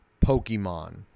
Pokemon